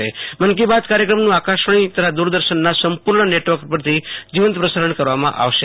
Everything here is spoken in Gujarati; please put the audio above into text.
મન કી બાત કાર્યક્રમનું આકાશવાણી તથા દૂરદર્શનના સંપૂર્ણ નેટવર્ક પરથી જીવંત પ્રસારણ કરવામાં આવશે